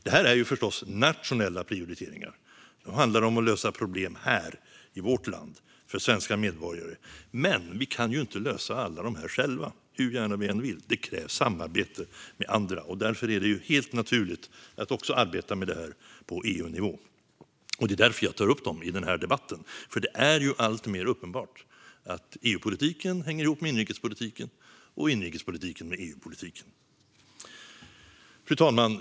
Detta är förstås nationella prioriteringar; de handlar om att lösa problem här i vårt land för svenska medborgare. Men vi kan ju inte lösa alla dessa problem själva, hur gärna vi än vill. Det krävs samarbete med andra. Därför är det helt naturligt att arbeta med det här också på EU-nivå. Det är därför jag tar upp dessa prioriteringar i den här debatten. Det är ju alltmer uppenbart att EU-politiken hänger ihop med inrikespolitiken och inrikespolitiken med EU-politiken. Fru talman!